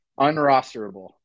Unrosterable